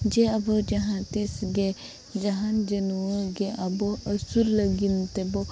ᱡᱮ ᱟᱵᱚ ᱡᱟᱦᱟᱸ ᱛᱤᱥᱜᱮ ᱡᱟᱦᱟᱱ ᱡᱟᱹᱱᱣᱟᱹᱨ ᱜᱮ ᱟᱵᱚ ᱟᱹᱥᱩᱞ ᱞᱟᱹᱜᱤᱫ ᱛᱮᱵᱚ